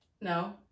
No